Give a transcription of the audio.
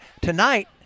tonight